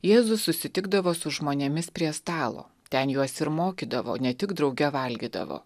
jėzus susitikdavo su žmonėmis prie stalo ten juos ir mokydavo ne tik drauge valgydavo